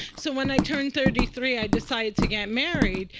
so when i turned thirty three, i decided to get married,